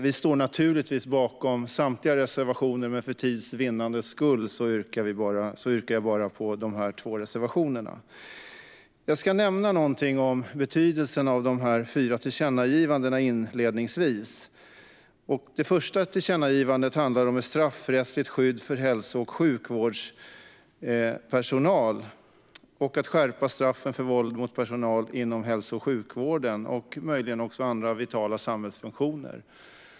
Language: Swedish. Vi står naturligtvis bakom samtliga reservationer, men för tids vinnande yrkar jag bifall bara till de två reservationerna. Jag ska inledningsvis nämna någonting om betydelsen av de fyra tillkännagivandena. Det första tillkännagivandet handlar om ett straffrättsligt skydd för hälso och sjukvårdspersonal och att skärpa straffen för våld mot personal inom hälso och sjukvården och möjligen också andra vitala samhällsfunktioner.